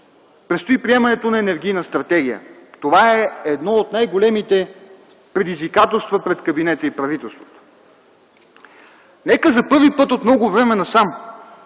Предстои приемането на енергийна стратегия – това е едно от най-големите предизвикателства пред кабинета и правителството. Нека за първи път от много време насам